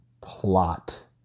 plot